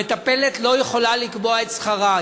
המטפלת לא יכולה לקבוע את שכרה,